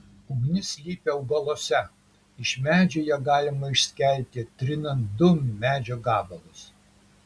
ugnis slypi augaluose iš medžio ją galima išskelti trinant du medžio gabalus